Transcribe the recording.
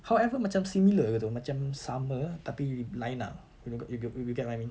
however macam similar dia itu macam sama tapi lain lah you ge~ you ge~ you get what I mean